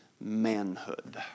manhood